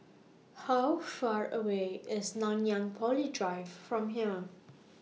How Far away IS Nanyang Poly Drive from here